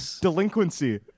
delinquency